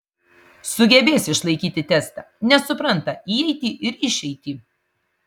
sugebės išlaikyti testą nes supranta įeitį ir išeitį